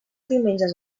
diumenges